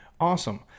Awesome